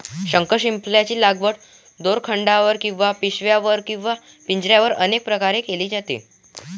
शंखशिंपल्यांची लागवड दोरखंडावर किंवा पिशव्यांवर किंवा पिंजऱ्यांवर अनेक प्रकारे केली जाते